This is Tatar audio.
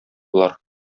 болар